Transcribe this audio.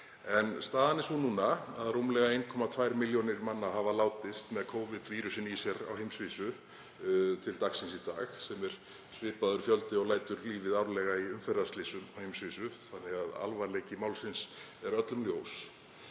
Staðan er sú núna að rúmlega 1,2 milljónir manna hafa látist með Covid-vírusinn í sér á heimsvísu fram til dagsins í dag, sem er svipaður fjöldi og lætur lífið árlega í umferðarslysum á heimsvísu þannig að alvarleiki málsins er öllum ljós.